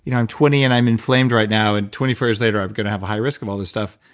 you know i'm twenty and i'm inflamed right now and twenty four years later i'm going to have a high risk of all this stuff.